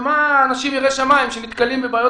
ומה אנשים יראי שמיים שנתקלים בבעיות